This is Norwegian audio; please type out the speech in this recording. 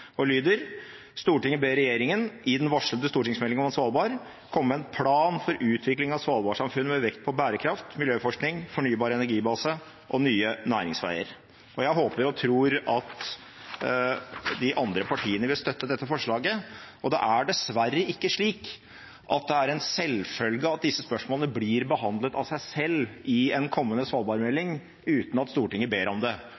og lyder: «Stortinget ber regjeringen i den varslede stortingsmeldingen om Svalbard komme med en plan for utvikling av Svalbard-samfunnet, med vekt på bærekraft, miljøforskning, fornybar energibase og nye næringsveier.» Jeg håper og tror at de andre partiene vil støtte dette forslaget. Det er dessverre ikke slik at det er en selvfølge at disse spørsmålene blir behandlet av seg selv i en kommende svalbardmelding, uten at Stortinget ber om det.